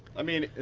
i mean,